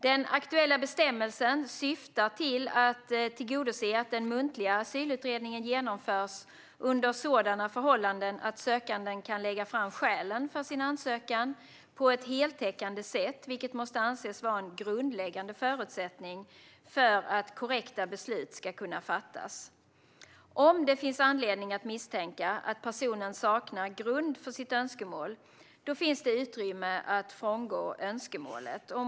Den aktuella bestämmelsen syftar till att tillse att den muntliga asylutredningen genomförs under sådana förhållanden att sökanden kan lägga fram skälen för sin ansökan på ett heltäckande sätt, vilket måste anses vara en grundläggande förutsättning för att korrekta beslut ska kunna fattas. Om det finns anledning att misstänka att personen saknar grund för sitt önskemål finns det utrymme att frångå önskemålet.